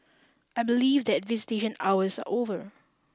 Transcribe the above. I believe that visitation hours are over